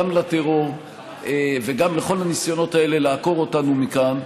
גם לטרור וגם לכל הניסיונות האלה לעקור אותנו מכאן,